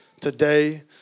today